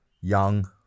young